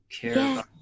care